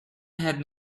had